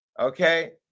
Okay